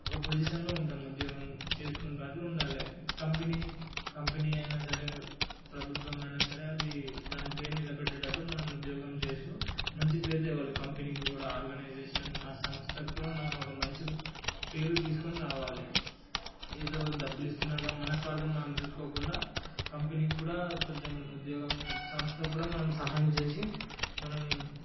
ఒక పొజిషన్లో ఉంటాము ఉద్యోగం చేసుకుంటూ అట్లా ఉండాలి కంపెనీ కంపెనీ అయినా సరే ప్రభుత్వం అయినా సరే అది దాని పేరు నిలబెట్టేటట్లు మనం ఉద్యోగం చేస్తూ మంచి పేరు తేవాలి కంపెనీకి కూడా ఆర్గనైజేషన్ ఆ సంస్థకు కూడా మనం ఒక మంచి పేరు తీసుకొని రావాలి ఏదో డబ్బులు ఇస్తున్నారు కదా మన స్వార్థం మనం చూసుకోకుండా కంపెనీకి కూడా కొంచెం ఉద్యోగం సంస్థకు కూడా మనం సహాయం చేసి మనం